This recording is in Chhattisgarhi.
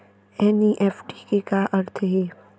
एन.ई.एफ.टी के का अर्थ है?